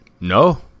No